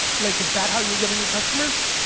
like, is that how you're getting your customers?